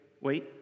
wait